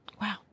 Wow